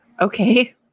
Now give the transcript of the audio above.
okay